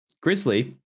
Grizzly